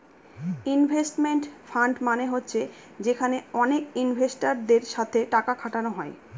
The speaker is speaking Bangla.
ইনভেস্টমেন্ট ফান্ড মানে হচ্ছে যেখানে অনেক ইনভেস্টারদের সাথে টাকা খাটানো হয়